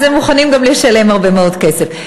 אז הם מוכנים גם לשלם הרבה מאוד כסף.